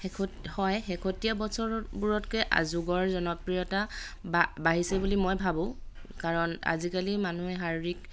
শেষত হয় শেহতীয়া বছৰবোৰতকৈ যুগৰ জনপ্ৰিয়তা বা বাঢ়িছে বুলি মই ভাবোঁ কাৰণ আজিকালি মানুহে শাৰীৰিক